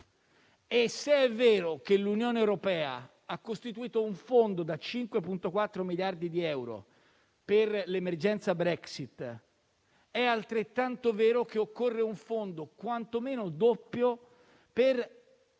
e se è vero che l'Unione europea ha costituito un fondo da 5,4 miliardi di euro per l'emergenza Brexit, è altrettanto vero che occorre un fondo quantomeno doppio per